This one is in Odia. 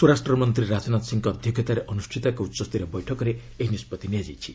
ସ୍ୱରାଷ୍ଟ୍ର ମନ୍ତ୍ରୀ ରାଜନାଥ ସିଂଙ୍କ ଅଧ୍ୟକ୍ଷତାରେ ଅନ୍ରଷ୍ଠିତ ଏକ ଉଚ୍ଚସ୍ତରୀୟ ବୈଠକରେ ଏହି ନିଷ୍ପଭି ନିଆଯାଇଛି